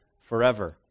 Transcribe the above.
forever